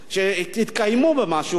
התקיימו ממשהו,